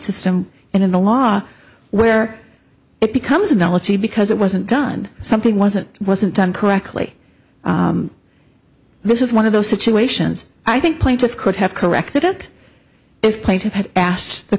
system and in the law where it becomes analogy because it wasn't done something wasn't wasn't done correctly this is one of those situations i think plaintiff could have corrected it if plaintiff had asked the